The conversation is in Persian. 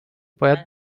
باید